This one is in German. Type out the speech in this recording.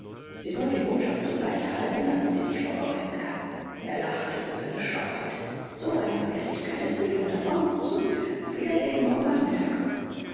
sie soll die botschaft sogleich erhalten damit sie sich vorbereiten kann er lachte über seine schlauheit so eine vergeßlichkeit ist mitunter von nutzen auf wiedersehen morgen nachmittag